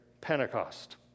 Pentecost